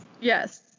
Yes